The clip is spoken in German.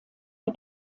der